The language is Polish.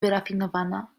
wyrafinowana